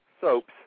soaps